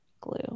glue